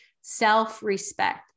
Self-respect